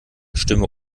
stimme